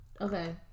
Okay